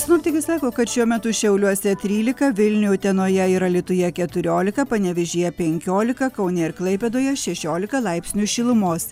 sinoptikai sako kad šiuo metu šiauliuose trylika vilniuj utenoje ir alytuje keturiolika panevėžyje penkiolika kaune ir klaipėdoje šešiolika laipsnių šilumos